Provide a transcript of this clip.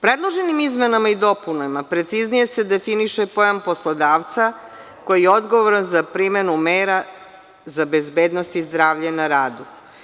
Predloženim izmenama i dopunama preciznije se definiše pojam poslodavca koji je odgovoran za primenu mera za bezbednost i zdravlje na radu.